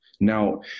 Now